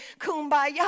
kumbaya